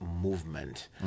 movement